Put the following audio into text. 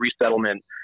resettlement